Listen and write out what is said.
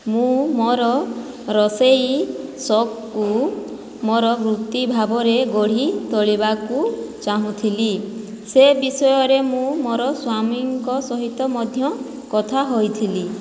ମୁଁ ମୋ'ର ରୋଷେଇ ସଉକକୁ ମୋ'ର ବୃତ୍ତି ଭାବରେ ଗଢ଼ି ତୋଳିବାକୁ ଚାହୁଁଥିଲି ସେ ବିଷୟରେ ମୁଁ ମୋ'ର ସ୍ୱାମୀଙ୍କ ସହିତ ମଧ୍ୟ କଥା ହୋଇଥିଲି